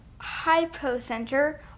hypocenter